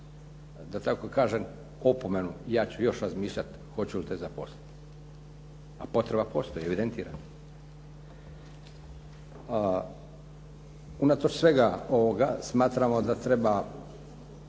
da tako kažem opomenu ja ću još razmišljati hoću li te zaposliti, a potreba postoji, evidentirano je. Unatoč svega ovoga smatramo da treba